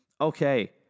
Okay